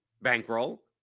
bankroll